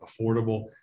affordable